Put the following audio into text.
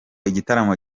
igitaramo